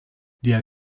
der